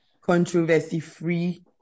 controversy-free